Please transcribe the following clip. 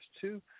two